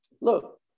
look